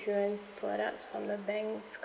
~surance products from the banks